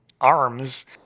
arms